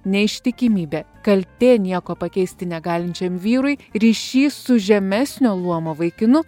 neištikimybė kaltė nieko pakeisti negalinčiam vyrui ryšys su žemesnio luomo vaikinu